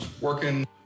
working